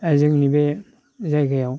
ओ जोंनि बे जायगायाव